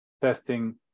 testing